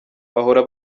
bahora